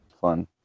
Fun